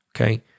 okay